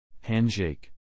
Handshake